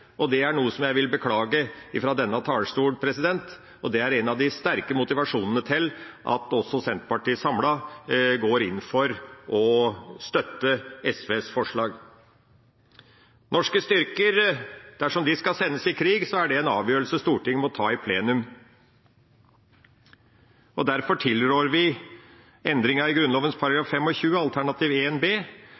Det er noe som jeg vil beklage fra denne talerstolen, og det er en av de sterke motivasjonene til at også Senterpartiet samlet går inn for å støtte SVs forslag. Dersom norske styrker skal sendes i krig, er det en avgjørelse Stortinget må ta i plenum. Derfor tilrår vi endringen i Grunnloven § 25 alternativ 1 B,